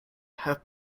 have